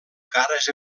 cares